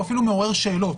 הוא אפילו מעורר שאלות.